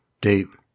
Deep